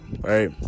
right